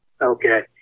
Okay